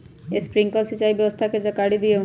Sprinkler सिंचाई व्यवस्था के जाकारी दिऔ?